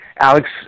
Alex